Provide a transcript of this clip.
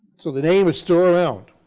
so the name is still around.